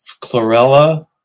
chlorella